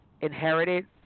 inherited